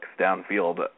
downfield